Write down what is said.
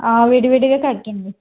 విడివిడిగా కట్టండి